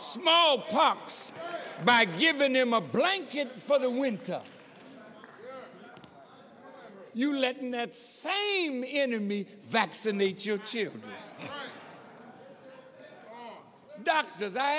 smallpox by giving them a blanket for the winter you let in that same in me vaccinate your two doctors i